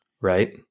right